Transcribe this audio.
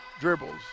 dribbles